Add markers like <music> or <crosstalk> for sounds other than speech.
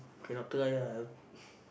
cannot try ah I <breath>